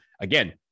Again